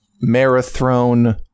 Marathon